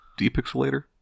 Depixelator